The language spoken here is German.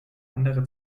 andere